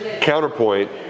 Counterpoint